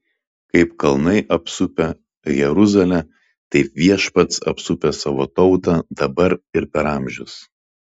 kaip kalnai apsupę jeruzalę taip viešpats apsupęs savo tautą dabar ir per amžius